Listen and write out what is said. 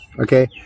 okay